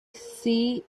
see